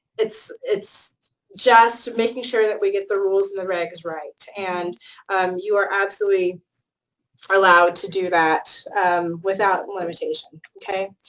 it's it's just making sure that we get the rules and the regs right, and you are absolutely allowed to do that without limitation, okay?